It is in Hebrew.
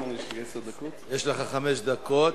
יש לך חמש דקות,